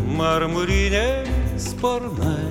marmurinė sparnai